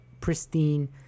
pristine